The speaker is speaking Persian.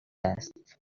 است